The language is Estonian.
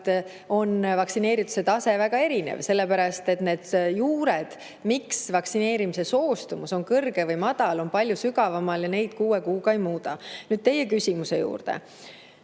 vaktsineerituse tase väga erinev. Need juured, miks vaktsineerimisega soostumus on suur või väike, on palju sügavamal ja neid kuue kuuga ei muuda. Nüüd teie küsimuse juurde.